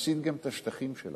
מפסיד גם את השטחים שלו.